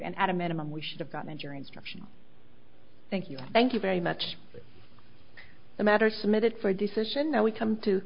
and at a minimum we should have gotten jury instruction thank you thank you very much the matter submitted for a decision that we come to